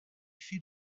fait